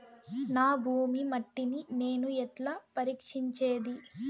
నా భూమి మట్టిని నేను ఎట్లా పరీక్షించేది?